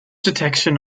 detection